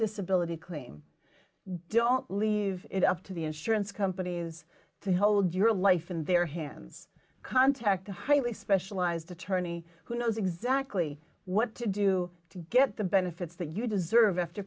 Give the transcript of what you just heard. disability claim don't leave it up to the insurance companies to hold your life in their hands contact a highly specialized attorney who knows exactly what to do to get the benefits that you deserve after